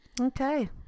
Okay